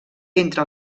entre